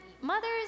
mothers